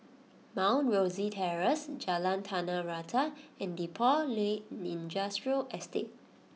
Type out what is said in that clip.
Mount Rosie Terrace Jalan Tanah Rata and Depot Lane Industrial Estate